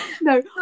no